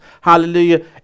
hallelujah